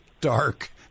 dark